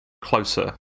closer